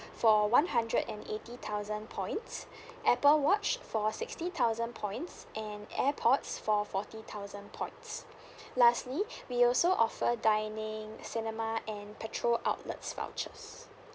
for one hundred and eighty thousand points apple watch for sixty thousand points and AirPods for forty thousand points lastly we also offer dining cinema and petrol outlets vouchers